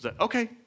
okay